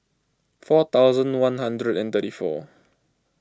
four thousand one hundred and thirty four